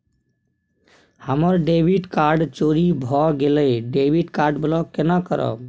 हमर debit card चोरी भगेलै डेबिट कार्ड ब्लॉक केना करब?